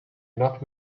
not